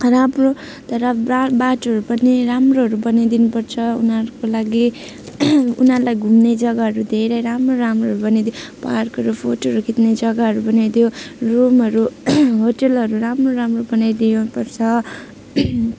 राम्रो तर बा बाटोहरू पनि राम्रोहरू बनाइदिनुपर्छ उनीहरूको लागि उनीहरूलाई घुम्ने जग्गाहरू धेरै राम्रो राम्रोहरू बनाइदिनु पार्कहरू फोटोहरू खिच्ने जग्गाहरू पनि त्यो रुमहरू होटलहरू राम्रो राम्रो पनि बनाइदिनुपर्छ